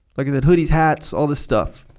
like that hoodies hats all this stuff